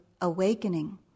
awakening